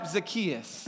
Zacchaeus